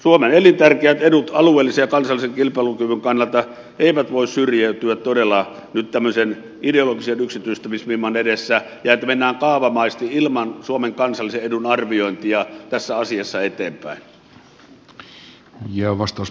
suomen elintärkeät edut alueellisen ja kansallisen kilpailukyvyn kannalta eivät voi syrjäytyä todella nyt tämmöisen ideologisen yksityistämisvimman edessä ja siinä että mennään kaavamaisesti ilman suomen kansallisen edun arviointia tässä asiassa eteenpäin